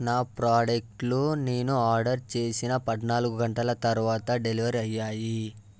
నా ప్రాడక్టులు నేను ఆర్డర్ చేసిన పద్నాలుగు గంటల తరువాత డెలివర్ అయ్యాయి